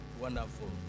Wonderful